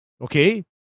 Okay